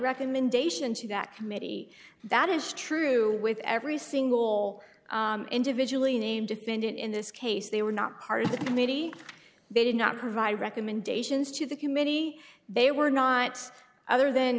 recommendation to that committee that is true with every single individually named defendant in this case they were not part of the committee they did not provide recommendations to the committee they were not other than